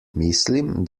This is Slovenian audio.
mislim